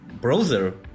browser